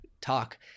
talk